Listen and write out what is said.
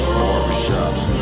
barbershops